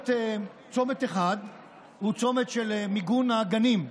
צומת אחד הוא הצומת של מיגון הגנים.